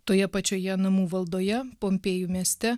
toje pačioje namų valdoje pompėjų mieste